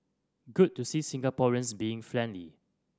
good to see Singaporeans being friendly